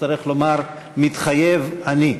תצטרך לומר: "מתחייב אני".